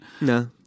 No